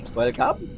welcome